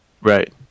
Right